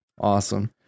awesome